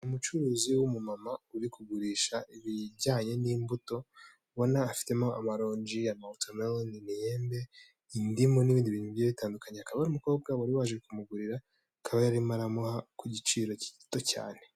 Umucuruzi w'umumama uri kugurisha ibijyanye n'imbuto ubona afitemo amarongi ya mawota meroni nimiyembe indimu n'ibindi bintu bitandukanye akaba ari umukobwa wari waje kumugurira akaba yararimo aramuha ku giciro gito cyane.